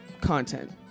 content